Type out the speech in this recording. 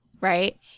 right